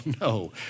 no